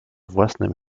własnym